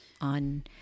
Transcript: on